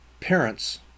parents